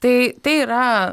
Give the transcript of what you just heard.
tai tai yra